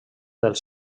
dels